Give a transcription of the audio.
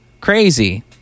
crazy